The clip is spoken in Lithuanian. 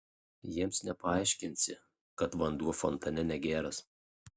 jiems nepaaiškinsi kad vanduo fontane negeras